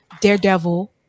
Daredevil